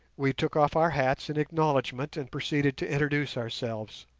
we took off our hats in acknowledgment, and proceeded to introduce ourselves.